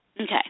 Okay